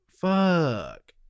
Fuck